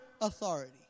authority